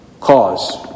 cause